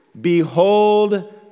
behold